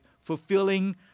fulfilling